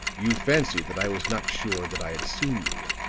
you fancied that i was not sure that i had seen you,